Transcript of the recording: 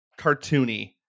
cartoony